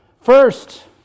First